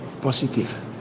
positive